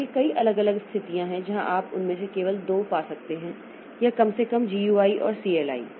इसलिए कई अलग अलग स्थितियां हैं जहां आप उनमें से केवल दो पा सकते हैं या कम से कम जीयूआई और सीएलआई